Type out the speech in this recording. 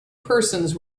persons